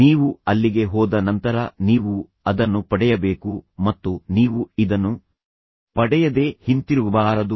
ನೀವು ಅಲ್ಲಿಗೆ ಹೋದ ನಂತರ ನೀವು ಅದನ್ನು ಪಡೆಯಬೇಕು ಮತ್ತು ನೀವು ಇದನ್ನು ಪಡೆಯದೆ ಹಿಂತಿರುಗಬಾರದು